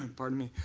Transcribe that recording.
and pardon me,